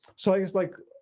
so i guess like,